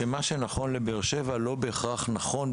זה שמה שנכון לבאר שבע לא בהכרח נכון,